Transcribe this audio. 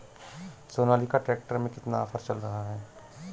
Sonalika tractor में कितना offer चल रहा है?